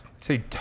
say